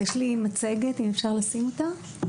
יש לי מצגת, אם אפשר לשים אותה.